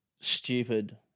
stupid